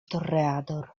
toreador